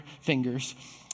fingers